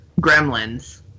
Gremlins